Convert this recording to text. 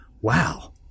wow